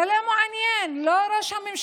זה לא מעניין לא את ראש הממשלה,